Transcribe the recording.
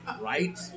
right